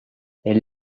elle